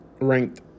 ranked